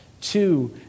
Two